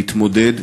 להתמודד